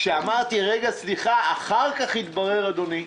כשאמרתי: "רגע, סליחה?" התברר, אדוני,